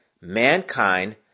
mankind